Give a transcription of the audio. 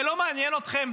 זה לא מעניין אתכם?